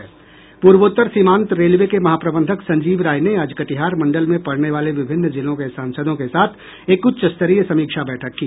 पूर्वोत्तर सीमांत रेलवे के महाप्रबंधक संजीव राय ने आज कटिहार मंडल में पड़ने वाले विभिन्न जिलों के सांसदों के साथ एक उच्चस्तरीय समीक्षा बैठक की